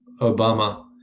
obama